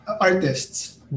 artists